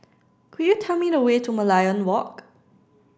could you tell me the way to Merlion Walk